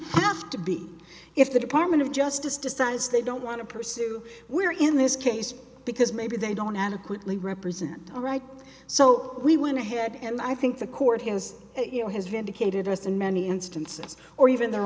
have to be if the department of justice decides they don't want to pursue we're in this case because maybe they don't adequately represent all right so we went ahead and i think the court has you know has vindicated us in many instances or even their